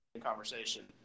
conversation